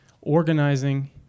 organizing